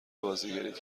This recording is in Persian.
بازیگریت